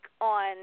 on